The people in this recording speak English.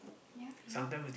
ya I know